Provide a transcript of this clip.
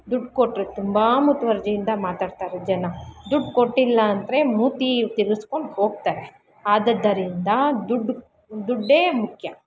ದುಡ್ಡು ಕೊಟ್ಟರೆ ತುಂಬ ಮುತುರ್ವರ್ಜಿಯಿಂದ ಮಾತಾಡ್ತಾರೆ ಜನ ದುಡ್ಡು ಕೊಟ್ಟಿಲ್ಲಾಂದ್ರೆ ಮೂತಿ ತಿರ್ಗಿಸ್ಕೊಂಡು ಹೋಗ್ತಾರೆ ಆದುದ್ದರಿಂದ ದುಡ್ಡು ದುಡ್ಡೇ ಮುಖ್ಯ